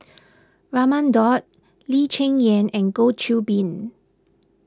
Raman Daud Lee Cheng Yan and Goh Qiu Bin